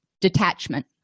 detachment